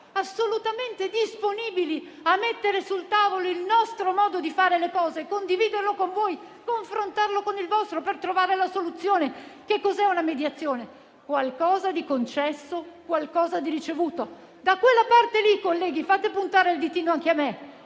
assolutamente disponibili a mettere sul tavolo il nostro modo di fare le cose e condividerlo con voi, confrontarlo con il vostro per trovare la soluzione. Una mediazione è proprio questo: qualcosa di concesso, qualcosa di ricevuto. Da quella parte lì, colleghi - fate puntare il ditino anche a me